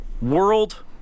World